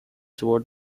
toward